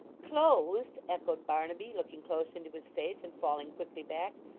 clothes! echoed barnaby, looking close into his face, and falling quickly back.